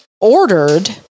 Ordered